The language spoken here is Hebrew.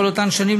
בכל אותן שנים,